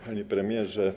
Panie Premierze!